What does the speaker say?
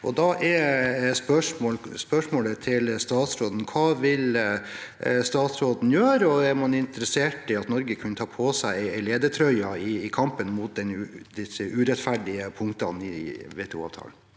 Da er spørsmålet til statsråden: Hva vil statsråden gjøre, og er man interessert i at Norge kunne ta på seg en ledertrøye i kampen mot disse urettferdige punktene i WTO-avtalen?